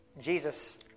Jesus